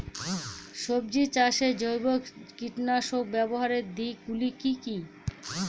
সবজি চাষে জৈব কীটনাশক ব্যাবহারের দিক গুলি কি কী?